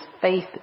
faith